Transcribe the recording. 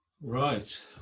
Right